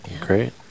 Great